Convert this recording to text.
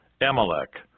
Amalek